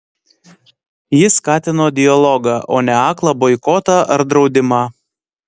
jis skatino dialogą o ne aklą boikotą ar draudimą